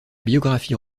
biographie